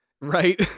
right